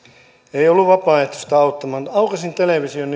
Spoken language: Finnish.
ei ollut vapaaehtoista auttamaan mutta aukaisin television